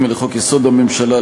31(ג) לחוק-יסוד: הממשלה,